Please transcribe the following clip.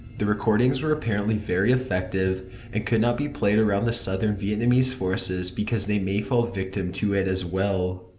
the recordings were apparently very effective and could not even be played around the southern vietnamese forces because they may fall victim to it as well.